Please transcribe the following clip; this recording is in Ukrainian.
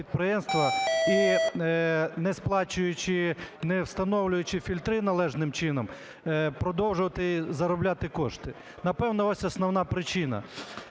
не встановлюючи фільтри належним чином, продовжувати заробляти кошти. Напевно, ось основна причина.